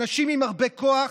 הם אנשים עם הרבה כוח,